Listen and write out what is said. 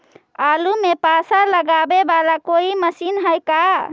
आलू मे पासा लगाबे बाला कोइ मशीन है का?